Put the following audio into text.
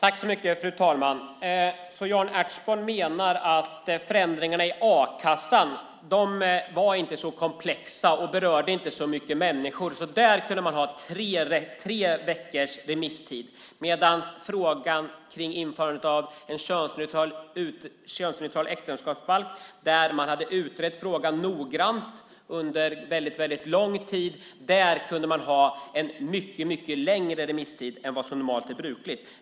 Fru talman! Jan Ertsborn menar alltså att förändringarna i a-kassan inte var så komplexa och inte berörde så många människor och att man där kunde ha tre veckors remisstid medan man i frågan om införandet av en könsneutral äktenskapsbalk hade utrett noggrant under väldigt lång tid och där kunde ha en mycket längre remisstid än vad som normalt är brukligt.